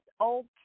okay